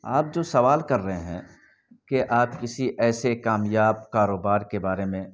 آپ جو سوال کر رہے ہیں کہ آپ کسی ایسے کامیاب آپ کاروبار کے بارے میں